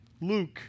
Luke